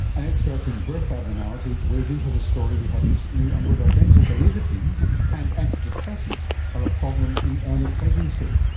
an expert in birth abnormalities weighs into the story we had recently on whether benzodiazepines and antidepressants are a problem in early pregnancy.